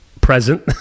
present